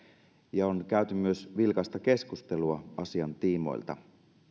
ja on käyty myös vilkasta keskustelua asian tiimoilta